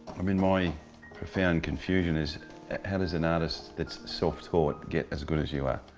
i mean my profound confusion is how does an artist that's self taught, get as good as you are?